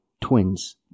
twins